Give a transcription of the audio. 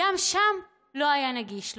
גם שם לא היה נגיש לו.